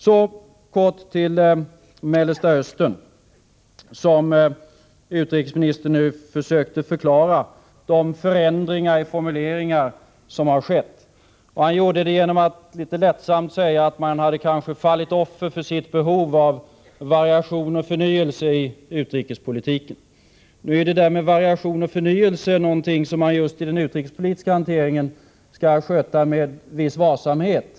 Så kort om Mellersta Östern. Utrikesministern försökte förklara de förändringar i formuleringar som har skett. Han gjorde det genom att litet lättsamt säga att man kanske hade fallit offer för sitt behov av variation och förnyelse i utrikespolitiken. Nu är detta med variation och förnyelse någonting som man i den utrikespolitiska hanteringen skall sköta med viss varsamhet.